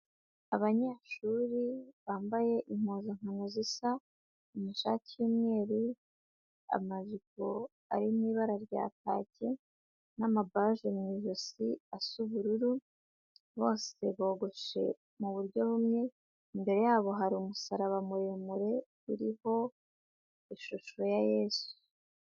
Abanyeshuri bambaye impuzankano zisa, amashati y'umweru, amajipo ari mu ibara rya kake n'amabaje mu ijosi asa ubururu, bose bogoshe mu buryo bumwe, imbere yabo hari umusaraba muremure uriho ishusho ya Yezu.